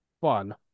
fun